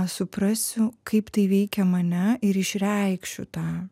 suprasiu kaip tai veikia mane ir išreikšiu tą